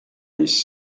east